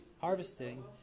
harvesting